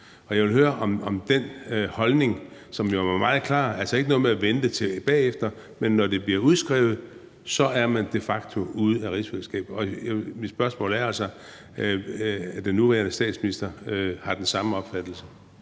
Jeg vil høre, om den holdning, som jo var meget klar – altså ikke noget med at vente til bagefter – at når det bliver udskrevet, er man de facto ude af rigsfællesskabet. Mit spørgsmål er altså, om den nuværende statsminister har den samme opfattelse.